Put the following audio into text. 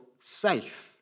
safe